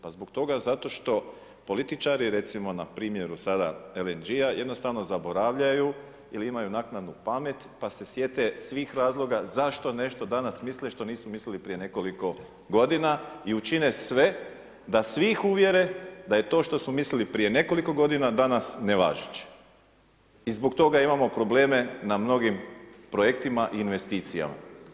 Pa zbog toga, zato što političari recimo npr. sada Lng-a jednostavno zaboravljaju ili imaju naknadnu pamet, pa se sjete svih razloga zašto nešto danas misle što nisu mislili prije nekoliko godina i učine sve da svih uvjere da je to što su mislili prije nekoliko godina danas nevažeće i zbog toga imamo probleme na mnogim projektima i investicijama.